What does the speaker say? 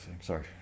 sorry